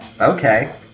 Okay